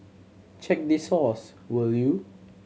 check the source will you